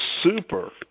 super